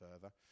further